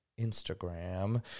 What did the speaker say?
Instagram